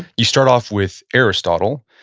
you start off with aristotle,